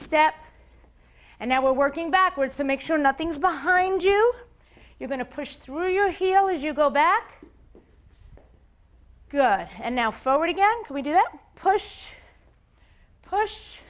step and now we're working backwards to make sure nothing's behind you you're going to push through you feel as you go back good and now flowing again can we do that push push